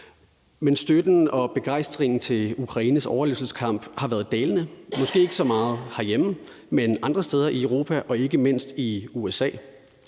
Men støtten til og begejstringen for Ukraines overlevelseskamp har været dalende, måske ikke så meget herhjemme, men andre steder i Europa og ikke mindst i USA.